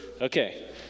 okay